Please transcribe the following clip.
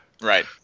Right